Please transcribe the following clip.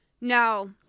No